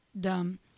dumb